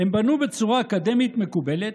הם בנו בצורה אקדמית מקובלת,